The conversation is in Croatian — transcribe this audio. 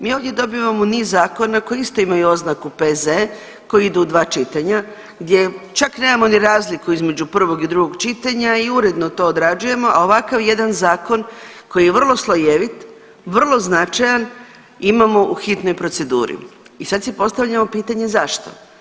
Mi ovdje dobivamo niz zakona koji isto imaju oznaku P.Z. koji idu u dva čitanja gdje čak nemamo ni razliku između prvog i drugog čitanja i uredno to odrađujemo, a ovakav jedan zakon koji je vrlo slojevit, vrlo značajan imamo u hitnoj proceduri i sad si postavljamo pitanje zašto?